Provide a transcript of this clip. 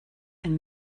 and